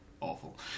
awful